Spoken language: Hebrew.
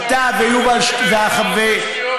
אתה ויובל, אין דבר כזה.